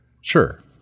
Sure